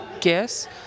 guess